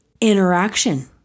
interaction